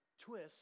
twist